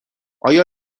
آیا